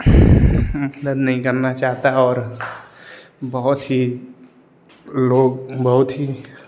मतलब नहीं करना चाहता है और बहुत ही लोग बहुत ही